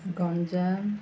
Ganjam